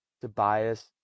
Tobias